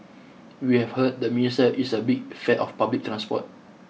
we have heard the minister is a big fan of public transport